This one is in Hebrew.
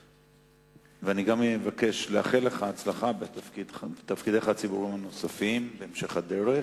ואני גם מבקש לאחל לך הצלחה בתפקידיך הציבוריים הנוספים בהמשך הדרך,